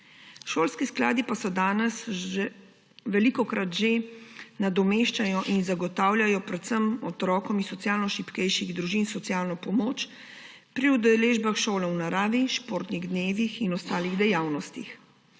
Šolski skladi pa danes velikokrat že nadomeščajo in zagotavljajo predvsem otrokom iz socialno šibkejših družin socialno pomoč pri udeležbah šole v naravi, športnih dnevih in ostalih dejavnostih.